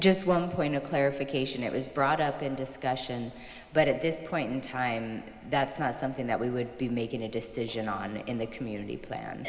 just one point of clarification it was brought up in discussion but at this point in time that's not something that we would be making a decision on in the community plan